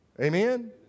Amen